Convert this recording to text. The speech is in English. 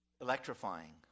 Electrifying